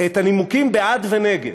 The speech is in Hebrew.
את הנימוקים בעד ונגד.